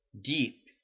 Deep